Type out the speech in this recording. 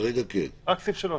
את התצהירים,